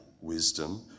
wisdom